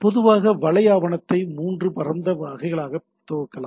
பொதுவாக வலை ஆவணத்தை மூன்று பரந்த வகைகளாக தொகுக்கலாம்